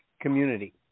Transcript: community